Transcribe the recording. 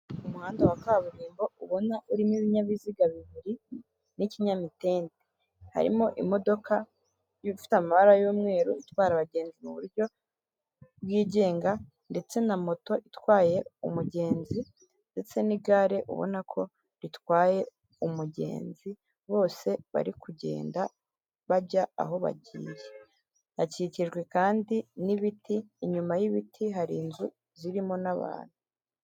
Umuhanda wa kaburimbo ubona urimo ibinyabiziga bibiri n'ikinyamitende. Harimo imodoka ifite amabara y'umweru itwara abagenzi mu buryo bwigenga, ndetse na moto itwaye umugenzi, ndetse n'igare ubona ko ritwaye umugenzi bose bari kugenda bajya aho bagiye. hakikijwe kandi n'ibiti inyuma y'ibiti hari inzu zirimo n'abantu.